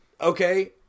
Okay